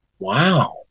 Wow